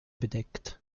bedeckt